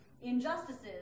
injustices